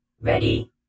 Ready